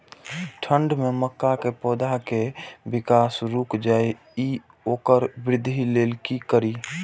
ठंढ में मक्का पौधा के विकास रूक जाय इ वोकर वृद्धि लेल कि करी?